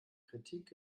kritik